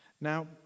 now